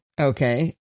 Okay